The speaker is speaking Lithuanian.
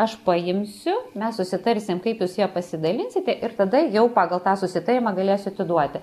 aš paimsiu mes susitarsim kaip jūs ja pasidalinsite ir tada jau pagal tą susitarimą galėsiu atiduoti